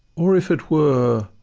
or, if it were,